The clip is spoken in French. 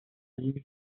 ligne